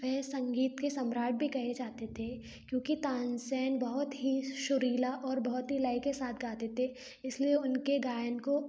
वह संगीत के सम्राट भी कहे जाते थे क्योंकि तानसेन बहुत ही सुरीला और बहुत ही लय के साथ गाते थे इसलिए उनके गायन को